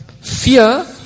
fear